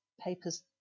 papers